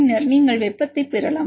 பின்னர் நீங்கள் வெப்பத்தைப் பெறலாம்